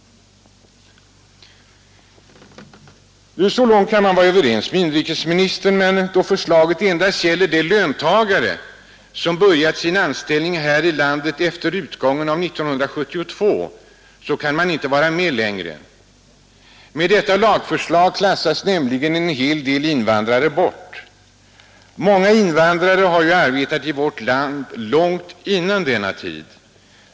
Så långt kan man vara överens med inrikesministern, men då man finner att förslaget endast gäller de löntagare som börjat sin anställning här i landet efter utgången av 1972 kan man inte vara med längre. Med detta lagförslag utklassas nämligen en hel del invandrare. Många invandrare har arbetat i vårt land långt före denna tid.